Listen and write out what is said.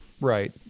Right